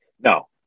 No